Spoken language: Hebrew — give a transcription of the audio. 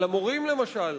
על המורים למשל.